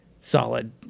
solid